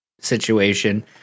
situation